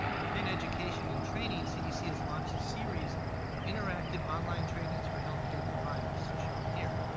within education and training, cdc has launched a series of interactive online trainings for healthcare providers, shown here.